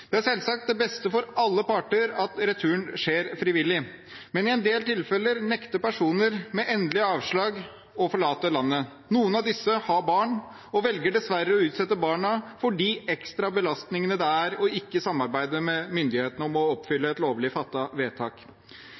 men i en del tilfeller nekter personer med endelig avslag å forlate landet. Noen av disse har barn og velger dessverre å utsette barna for de ekstra belastningene det gir ikke å samarbeide med myndighetene om å oppfylle et lovlig fattet vedtak.